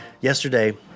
Yesterday